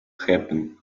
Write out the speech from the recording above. happen